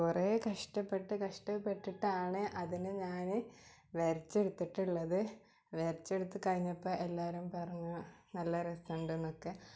കുറേ കഷ്ടപെട്ട് കഷ്ടപെട്ടിട്ടാണ് അതിന് ഞാൻ വരച്ചെടുത്തിട്ടുള്ളത് വരച്ചെടുത്ത് കഴിഞ്ഞപ്പം എല്ലാവരും പറഞ്ഞു നല്ല രസമുണ്ട് എന്നൊക്കെ